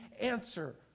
answer